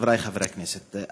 חברי חברי הכנסת,